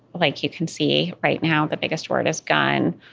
like you can see right now the biggest word is gun,